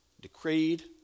decreed